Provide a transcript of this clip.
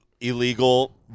illegal